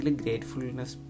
gratefulness